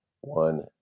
one